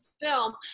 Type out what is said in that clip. film